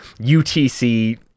utc